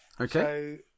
okay